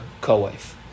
co-wife